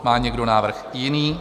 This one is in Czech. Má někdo návrh jiný?